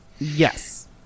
yes